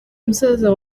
musaza